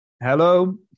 Hello